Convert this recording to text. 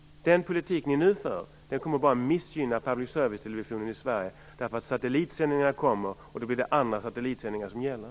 Den politik ni nu för kommer bara att missgynna public servicetelevisionen i Sverige. Satellitsändningarna kommer, och då blir det andra satellitsändningar som gäller.